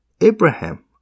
Abraham